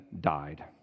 died